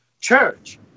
church